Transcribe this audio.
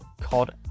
called